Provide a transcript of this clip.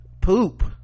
poop